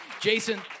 Jason